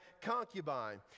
concubine